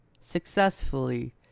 successfully